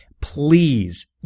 Please